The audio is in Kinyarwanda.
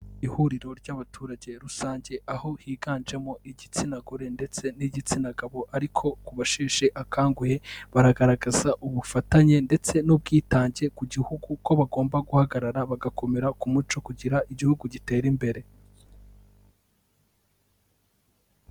Ihuriro ry'abaturage rusange, aho higanjemo igitsina gore ndetse n'igitsina gabo, ariko ku basheshe akanguhe, baragaragaza ubufatanye ndetse n'ubwitange ku gihugu ko bagomba guhagarara bagakomera ku muco kugira igihugu gitere imbere.